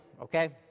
okay